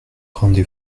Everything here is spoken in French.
rendez